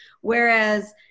Whereas